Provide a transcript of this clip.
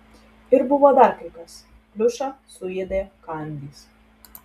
ir buvo dar kai kas pliušą suėdė kandys